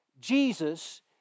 Jesus